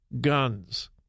guns